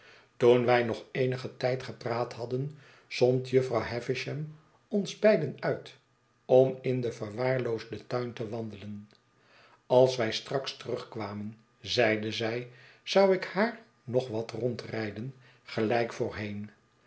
toen wij nog eenigen tijd gepraat hadden zond jufvrouw havisham ons beiden uit om in den verwaarloosden tuin te wandelen als wij straks terugkwamen zeide zij zou ik haar nog wat rondrijden gelijk voorheen